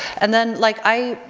and then like, i,